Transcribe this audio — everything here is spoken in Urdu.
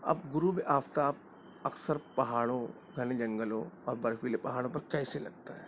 اب غروب آفتاب اکثر پہاڑوں گھنے جنگلوں اور برفیلے پہاڑوں پر کیسے لگتا ہے